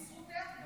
בזכותך.